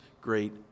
great